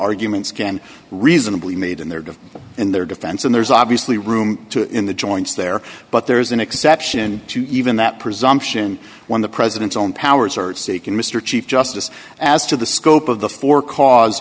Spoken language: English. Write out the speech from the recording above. arguments can reasonably made in their in their defense and there's obviously room to in the joints there but there is an exception to even that presumption when the president's own powers are seeking mr chief justice as to the scope of the for cause